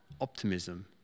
optimism